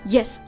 Yes